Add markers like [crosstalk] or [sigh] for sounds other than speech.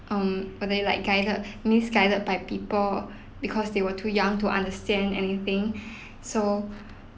um are they like guided misguided by people because they were too young to understand anything [breath] so